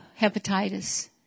hepatitis